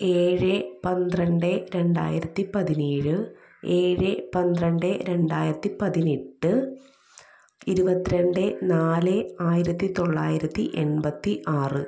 ഏഴ് പന്ത്രണ്ട് രണ്ടായിരത്തി പതിനേഴ് ഏഴ് പന്ത്രണ്ട് രണ്ടായിരത്തി പതിനെട്ട് ഇരുപത്തി രണ്ട് നാല് ആയിരത്തി തൊള്ളായിരത്തി എൺപത്തി ആറ്